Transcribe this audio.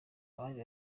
abandi